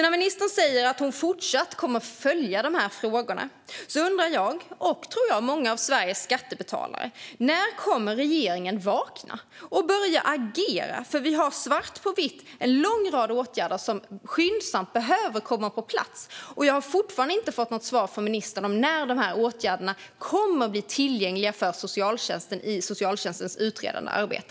När ministern säger att hon kommer att fortsätta att följa dessa frågor undrar jag och, tror jag, många av Sveriges skattebetalare: När kommer regeringen att vakna och börja agera? Vi har svart på vitt att en lång rad åtgärder skyndsamt behöver komma på plats. Jag har fortfarande inte fått något svar från ministern om när dessa åtgärder kommer att bli tillgängliga för socialtjänsten i deras utredande arbete.